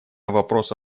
вопросу